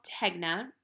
Tegna